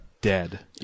dead